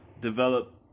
Develop